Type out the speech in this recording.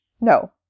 No